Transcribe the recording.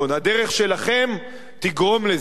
הדרך שלכם תגרום לזה.